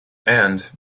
and